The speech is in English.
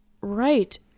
Right